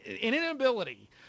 inability